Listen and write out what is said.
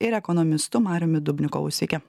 ir ekonomistu mariumi dubnikovu sveiki